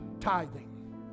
tithing